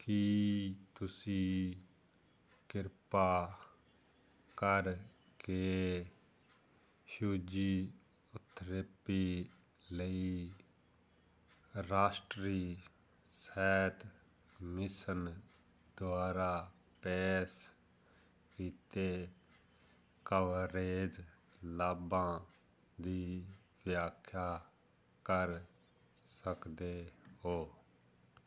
ਕੀ ਤੁਸੀਂ ਕਿਰਪਾ ਕਰਕੇ ਫਿਜ਼ੀਓਥੈਰੇਪੀ ਲਈ ਰਾਸ਼ਟਰੀ ਸਿਹਤ ਮਿਸ਼ਨ ਦੁਆਰਾ ਪੇਸ਼ ਕੀਤੇ ਕਵਰੇਜ ਲਾਭਾਂ ਦੀ ਵਿਆਖਿਆ ਕਰ ਸਕਦੇ ਹੋ